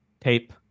tape